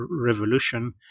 revolution